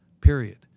period